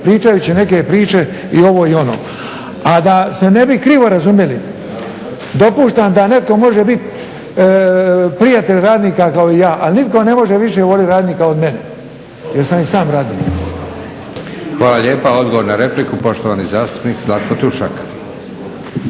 pričajući neke priče i ovo i ono. A da se ne bi krivo razumjeli dopuštam da netko može biti prijatelj radnika kao ja, ali nitko ne može više voljeti radnika od mene jel sam i sam radnik. **Leko, Josip (SDP)** Hvala lijepa. Odgovor na repliku poštovani zastupnik Zlatko Tušak.